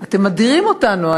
אתם מדירים אותנו.